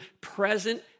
present